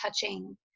touching